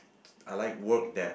I like work that